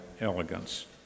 elegance